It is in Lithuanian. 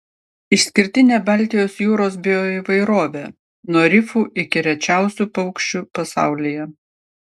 išskirtinė baltijos jūros bioįvairovė nuo rifų iki rečiausių paukščių pasaulyje